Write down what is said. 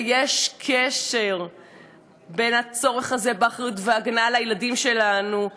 ויש קשר בין הצורך הזה באחריות להגנה על הילדים שלנו,